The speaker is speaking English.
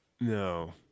No